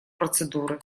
процедуры